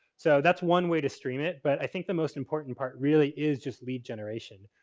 so, that's one way to stream it. but i think the most important part really is just lead generation.